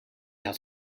had